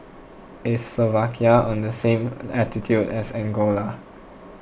is Slovakia on the same latitude as Angola